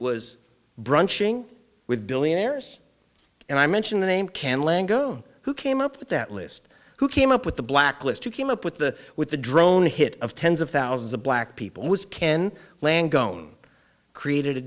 was branching with billionaires and i mentioned the name can lend go who came up with that list who came up with the blacklist who came up with the with the drone hit of tens of thousands of black people was ken lange gone created a